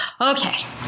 Okay